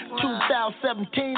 2017